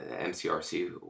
MCRC